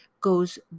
goes